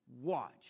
watch